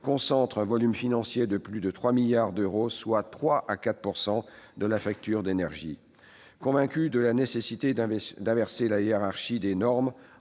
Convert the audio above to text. concentrent un volume financier de plus de 3 milliards d'euros, soit 3 à 4 % de la facture d'énergie. Convaincu de la nécessité d'inverser la hiérarchie des normes